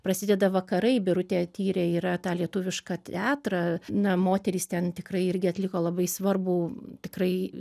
prasideda vakarai birutė tyrė yra tą lietuvišką teatrą na moterys ten tikrai irgi atliko labai svarbų tikrai